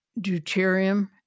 deuterium